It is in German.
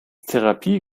therapie